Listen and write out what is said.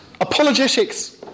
Apologetics